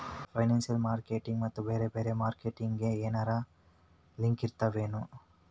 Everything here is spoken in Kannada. ಫೈನಾನ್ಸಿಯಲ್ ಮಾರ್ಕೆಟಿಂಗ್ ಮತ್ತ ಬ್ಯಾರೆ ಬ್ಯಾರೆ ಮಾರ್ಕೆಟಿಂಗ್ ಗೆ ಏನರಲಿಂಕಿರ್ತಾವೆನು?